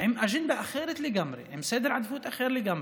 עם אג'נדה אחרת לגמרי, עם סדר עדיפויות אחר לגמרי.